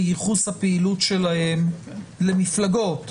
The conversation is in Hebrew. בייחסו הפעילות שלהם למפלגות,